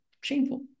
shameful